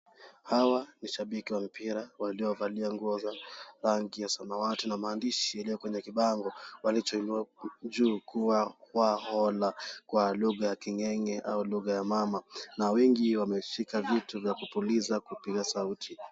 Hawa ni shabiki wa mpira waliovalia nguo za rangi ya samawati na maandishi yaliyo kwenye kibango walichoinua juu kwa lugha ya king'eng'e au lugha ya mama na wengi wameshika vitu vya kupuliza kupiga sauti.